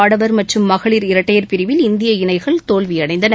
ஆடவர் மற்றும் மகளிர் இரட்டையர் பிரிவில் இந்திய இணைகள் தோல்வி அடைந்தன